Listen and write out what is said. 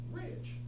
rich